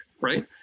right